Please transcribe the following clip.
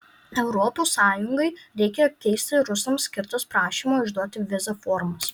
europos sąjungai reikia keisti rusams skirtas prašymo išduoti vizą formas